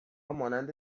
مانند